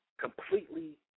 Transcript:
completely